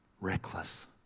reckless